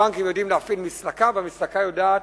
הבנקים יודעים להפעיל מסלקה, והמסלקה יודעת